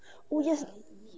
oh yes